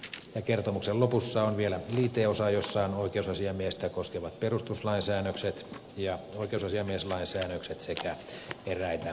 kertomuksen lopussa on vielä liiteosa jossa on oikeusasiamiestä koskevat perustuslain säännökset ja oikeusasiamieslain säännökset sekä eräitä tilasto ynnä muuta